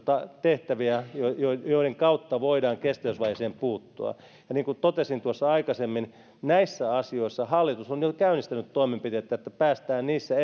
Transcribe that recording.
tehtäviä joiden kautta voidaan kestävyysvajeeseen puuttua ja niin kuin totesin tuossa aikaisemmin näissä asioissa hallitus on jo käynnistänyt toimenpiteitä että päästään niissä